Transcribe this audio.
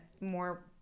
more